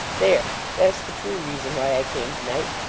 there. that's the true reason why i came to-night.